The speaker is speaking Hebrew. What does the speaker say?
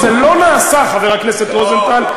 זה לא נעשה, חבר הכנסת רוזנטל.